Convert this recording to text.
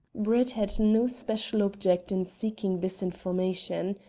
brett had no special object in seeking this information.